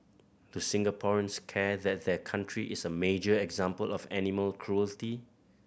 do Singaporeans care that their country is a major example of animal cruelty